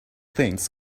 thinks